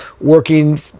working